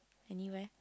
anywhere